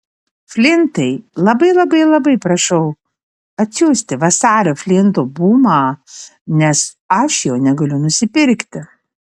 flintai labai labai labai prašau atsiųsti vasario flinto bumą nes aš jo negaliu nusipirkti